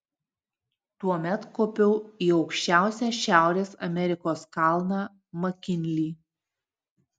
tuomet kopiau į aukščiausią šiaurės amerikos kalną makinlį